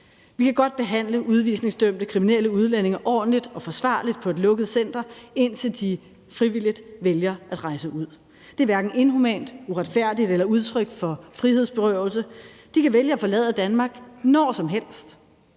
Vi kan godt behandle udvisningsdømte kriminelle udlændinge ordentligt og forsvarligt på et lukket center, indtil de frivilligt vælger at rejse ud. Det er hverken inhumant, uretfærdigt eller udtryk for frihedsberøvelse. De kan vælge at forlade Danmark når som helst,